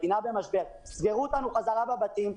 סגרו אותנו חזרה בבתים,